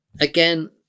Again